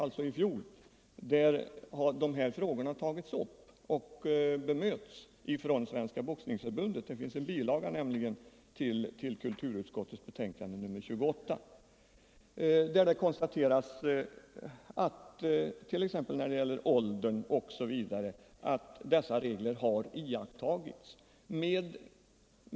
Där har dessa frågor tagits upp och bemötts av Svenska boxningsförbundet. Det finns nämligen en bilaga till kulturutskottets betänkande nr 28. Där konstateras det att dessa regler har iakttagits, t.ex. när det gäller åldern.